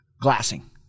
Glassing